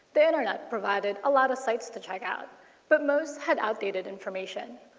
the internet provideed a lot of sites to check out but most had outdated information.